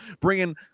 bringing